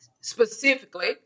specifically